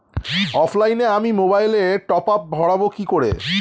অফলাইনে আমি মোবাইলে টপআপ ভরাবো কি করে?